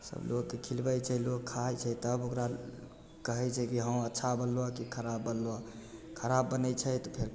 सभ लोकके खिलबै छै लोक खाइ छै तब ओकरा कहै छै कि हँ अच्छा बनलऽ कि खराब बनलऽ खराब बनै छै तऽ फेर